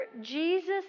Jesus